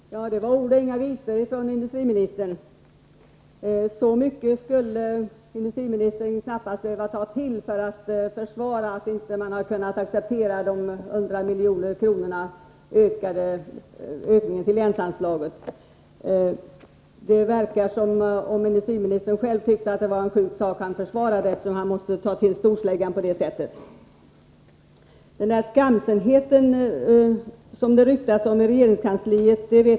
Herr talman! Det var ord och inga visor från industriministern. Så mycket skulle industriministern knappast behöva ta till för att försvara att man inte har kunnat acceptera en ökning av länsanslagen med 100 milj.kr. Det verkade som om industriministern själv tyckte att det var en sjuk sak han försvarade, eftersom han måste ta till storsläggan på detta sätt. Jag vet inte var den skamsenhet finns som det ryktas om i regeringskansliet.